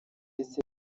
ese